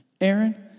Aaron